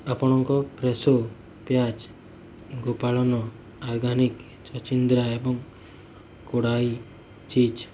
ଆପଣଙ୍କ ଫ୍ରେଶୋ ପିଆଜ ଗୋପାଳନ ଅର୍ଗାନିକ୍ ଛଞ୍ଚିନ୍ଦ୍ରା ଏବଂ କଡ଼ାଇ ଚିଜ୍